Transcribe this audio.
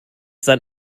sein